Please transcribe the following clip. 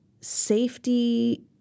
safety